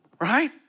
Right